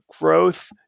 growth